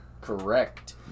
Correct